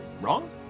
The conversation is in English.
Wrong